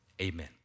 Amen